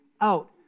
out